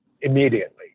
immediately